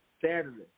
Saturday